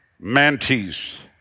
mantis